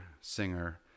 singer